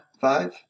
Five